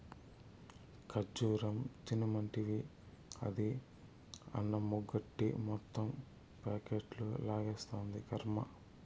ఖజ్జూరం తినమంటివి, అది అన్నమెగ్గొట్టి మొత్తం ప్యాకెట్లు లాగిస్తాంది, కర్మ